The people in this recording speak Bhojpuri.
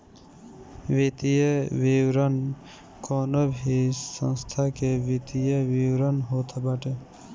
वित्तीय विवरण कवनो भी संस्था के वित्तीय विवरण होत बाटे